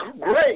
great